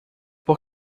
por